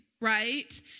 right